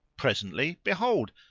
presently, behold,